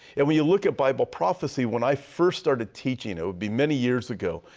and when you look at bible prophecy, when i first started teaching it would be many years ago,